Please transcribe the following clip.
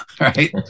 Right